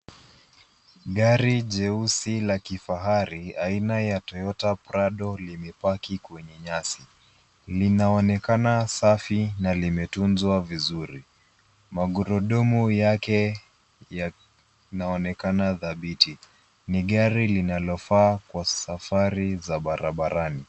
Gari jeusi la kifahari aina ya Toyota Prado, limepaki kwenye nyasi. Linaonekana safi na limetunzwa vizuri. Magurudumu yake yanaonekana dhabiti. Ni gari linalofaa kwa safari za barabarani.